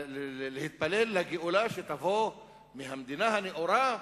להתפלל לגאולה שתבוא מהמדינה הנאורה?